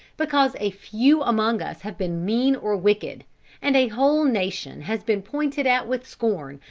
because a few among us have been mean or wicked and a whole nation has been pointed at with scorn,